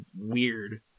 weird